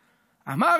להשמיד,